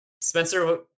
Spencer